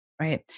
Right